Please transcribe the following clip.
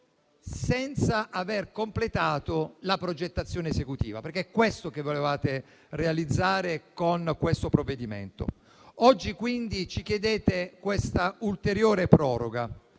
senza aver completato la progettazione esecutiva. È ciò che volevate realizzare con questo provvedimento. Oggi quindi ci chiedete questa ulteriore proroga.